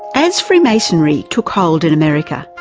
as freemasonry took hold in america,